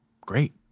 great